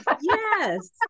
Yes